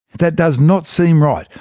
that does not seem right.